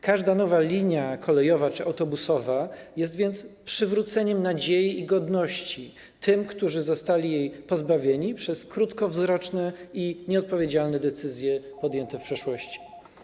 Każda nowa linia kolejowa czy autobusowa jest więc przywróceniem nadziei i godności tym, którzy zostali jej pozbawieni przez krótkowzroczne i nieodpowiedzialne decyzje podjęte w przeszłości.